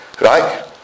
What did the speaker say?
Right